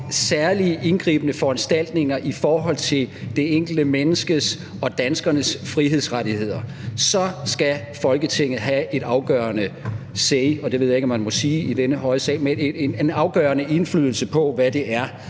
særlig indgribende foranstaltninger i forhold til det enkelte menneskes og danskernes frihedsrettigheder, skal Folketinget have et afgørende say – og det ved jeg ikke om man må sige i denne høje sal – men en afgørende indflydelse på, hvad det er,